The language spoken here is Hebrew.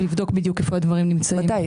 ולבדוק בדיוק היכן נמצאים הדברים.